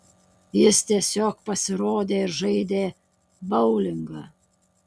jis tiesiog pasirodė ir žaidė boulingą